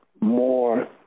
more